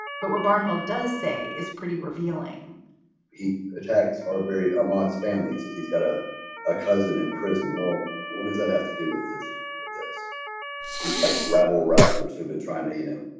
but what barnhill does say is pretty revealing attacks are very mott's families. he's got a ah cousin in prison. well, what does that have to do with this? with this he cites rabble rousers who've been trying to, you know,